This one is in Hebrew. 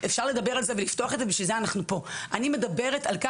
אפשר לדבר על זה ולפתוח את זה; בשביל זה אנחנו פה.